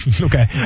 okay